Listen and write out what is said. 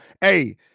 hey